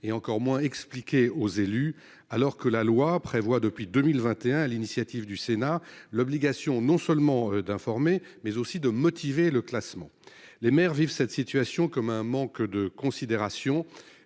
et encore moins expliquée aux élus. Pourtant, la loi prévoit depuis 2021, sur l'initiative du Sénat, l'obligation non seulement d'informer, mais aussi de motiver le classement. Les maires vivent cette situation comme un manque de considération